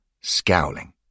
scowling